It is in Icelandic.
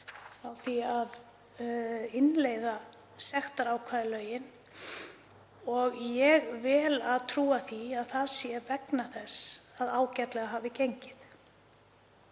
því að innleiða sektarákvæði í lögin og ég vel að trúa því að það sé vegna þess að ágætlega hafi gengið.